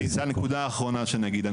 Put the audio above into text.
זה הנקודה אחרונה שאני אגיד,